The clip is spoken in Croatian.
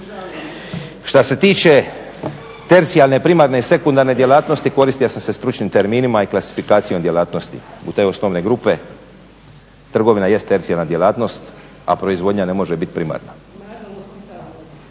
Šta se tiče tercijarne, primarne i sekundarne djelatnosti, koristio sam se stručnim terminima i klasifikacijom djelatnosti u te osnovne grupe, trgovina jest tercijarna djelatnost a proizvodnja ne može biti primarna.